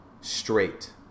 straight